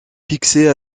fixée